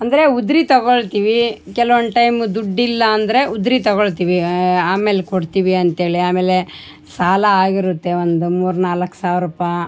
ಅಂದರೆ ಉದ್ರಿ ತಗೊಳ್ತೀವಿ ಕೆಲವೊಂದು ಟೈಮ್ ದುಡ್ಡು ಇಲ್ಲ ಅಂದರೆ ಉದ್ರಿ ತಗೊಳ್ತೀವಿ ಆಮೇಲೆ ಕೊಡ್ತೀವಿ ಅಂತ್ಹೇಳಿ ಆಮೇಲೆ ಸಾಲ ಆಗಿರುತ್ತೆ ಒಂದು ಮೂರು ನಾಲ್ಕು ಸಾವಿರ ರೂಪಾಯಿ